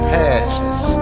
passes